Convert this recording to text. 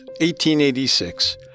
1886